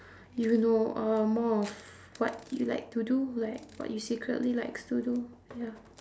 you know a more of what you like to do like what you secretly likes to do ya